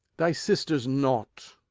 thy sister's naught.